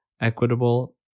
equitable